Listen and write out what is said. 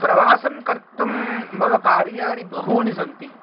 प्रवासं कर्तुं मम कार्याणि बहूनि सन्ति